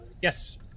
Yes